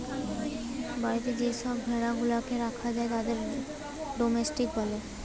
বাড়িতে যে সব ভেড়া গুলাকে রাখা হয় তাদের ডোমেস্টিক বলে